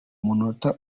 munota